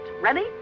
Ready